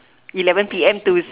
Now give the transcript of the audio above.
eleven P_M to